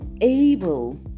able